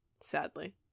sadly